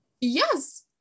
Yes